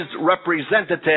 representative